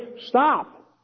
Stop